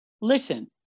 listen